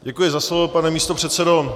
Děkuji za slovo, pane místopředsedo.